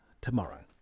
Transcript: tomorrow